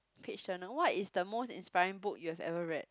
page journal what is the most inspiring book you have ever read